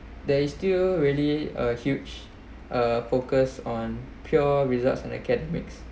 there is still really a huge uh focus on pure results and academics